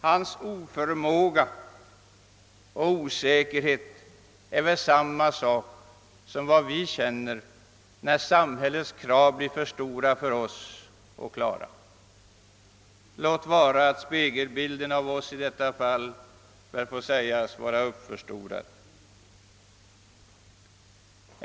Hans oförmåga och osäkerhet är desamma som vi känner när samhällets krav blir för stora för oss, låt vara att spegelbilden i detta fall får sägas vara uppförstorad.